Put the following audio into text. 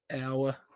hour